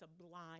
sublime